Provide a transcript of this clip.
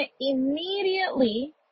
immediately